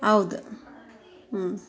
ಹೌದ್ ಹ್ಞೂ